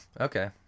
Okay